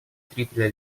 triple